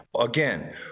again